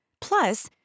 Plus